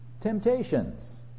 temptations